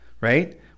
right